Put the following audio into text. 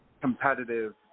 competitive